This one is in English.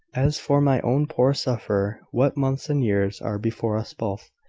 as for my own poor sufferer what months and years are before us both!